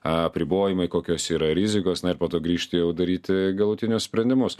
a apribojimai kokios yra rizikos ir po to grįžti jau daryti galutinius sprendimus